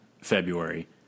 February